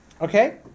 Okay